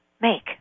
make